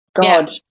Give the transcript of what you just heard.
god